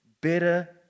better